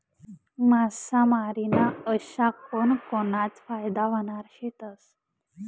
मासामारी ना अशा कोनकोनता फायदा व्हनारा शेतस?